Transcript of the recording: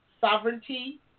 sovereignty